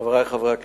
חברי חברי הכנסת,